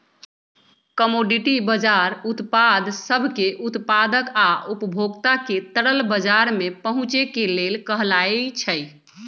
commodity बजार उत्पाद सब के उत्पादक आ उपभोक्ता के तरल बजार में पहुचे के लेल कहलाई छई